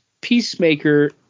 Peacemaker